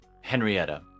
Henrietta